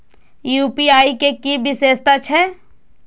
UPI के कि विषेशता छै?